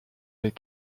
les